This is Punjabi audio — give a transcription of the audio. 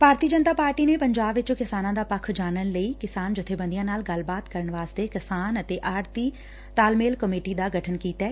ਭਾਰਤੀ ਜਨਤਾ ਪਾਰਟੀ ਨੇ ਪੰਜਾਬ ਵਿਚ ਕਿਸਾਨ ਦਾ ਪੱਖ ਜਾਨਣ ਲਈ ਕਿਸਾਨਾਂ ਜੱਬੇਬੰਦੀਆਂ ਨਾਲ ਗੱਲਬਾਤ ਕਰਨ ਵਾਸਤੇ ਕਿਸਾਨ ਅਤੇ ਆੜੁਤੀ ਤਾਲਮੇਲ ਕਮੇਟੀ ਦਾ ਗਠਨ ਕੀਤੈ